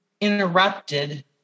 interrupted